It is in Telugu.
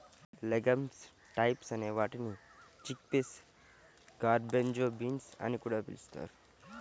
లెగమ్స్ టైప్స్ అనే వాటిని చిక్పీస్, గార్బన్జో బీన్స్ అని కూడా పిలుస్తారు